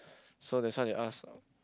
so that's why they ask